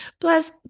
Plus